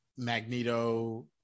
Magneto